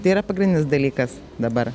tai yra pagrindinis dalykas dabar